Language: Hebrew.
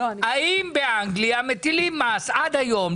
האם באנגליה מטילים מס עד היום,